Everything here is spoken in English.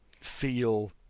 feel